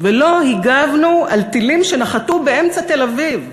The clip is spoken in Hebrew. ולא הגבנו על טילים שנחתו באמצע תל-אביב,